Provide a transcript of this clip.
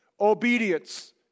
obedience